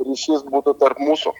ryšys būtų tarp mūsų